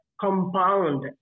compound